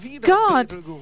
God